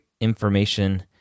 information